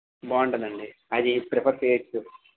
బాగుంటుందండి అది ప్రిఫర్ చెయ్యొచ్చు